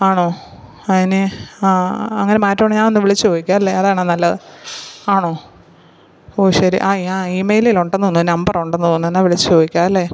ആണോ അതിന് ആ അങ്ങനെ മാറ്റമുണ്ട് ഞാൻ ഒന്ന് വിളിച്ച് ചോദിക്കാം അല്ലേ അതാണൊ നല്ലത് ആണോ ഓ ശരി ആ ഇമെയിലിൽ ഉണ്ടെന്ന് തോന്നുന്നു ആ നമ്പറുണ്ടെന്ന് തോന്നുന്നു എന്നാൽ വിളിച്ചു ചോദിക്കാം അല്ലെ